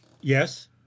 yes